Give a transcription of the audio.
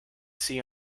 see